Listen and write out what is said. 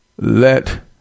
let